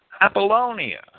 Apollonia